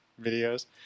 videos